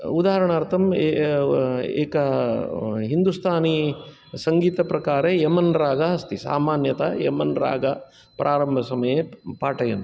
उदाहरणार्थं एक हिन्दुस्थानि सङ्गीतप्रकारे एम् एन् रागः अस्ति सामान्यतः एम् एन् रागः प्रारम्भसमये पाठयन्ति